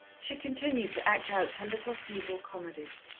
she continued to act out her little feeble comedies.